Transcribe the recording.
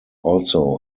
also